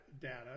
data